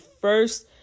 first